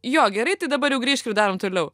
jo gerai tai dabar jau grįžk ir darom toliau